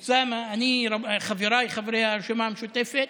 אוסאמה, אני, חבריי חברי הרשימה המשותפת,